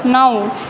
नौ